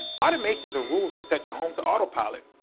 automations are rules that set your home to autopilot,